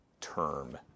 term